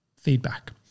feedback